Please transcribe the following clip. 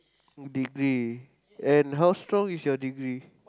degree and how strong is your degree